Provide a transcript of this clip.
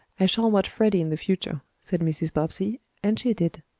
i shall watch freddie in the future, said mrs. bobbsey, and she did.